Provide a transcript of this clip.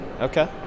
Okay